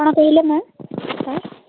କ'ଣ କହିଲେ ma'am sir